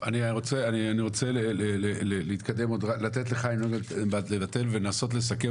אני רוצה להתקדם ולתת לחיים נוגנבלט ונסות לסכם.